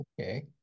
okay